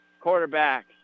quarterback